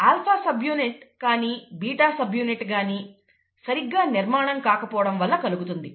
alpha subunit కానీ beta subunit కానీ సరిగ్గా నిర్మాణం కాకపోవడం వల్ల కలుగుతుంది